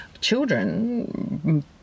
children